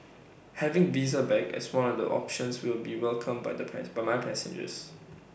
having visa back as one of the options will be welcomed by the pass by my passengers